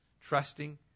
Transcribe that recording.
trusting